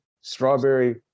strawberry